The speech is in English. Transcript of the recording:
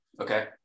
Okay